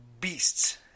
beasts